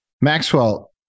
Maxwell